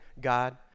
God